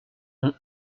ont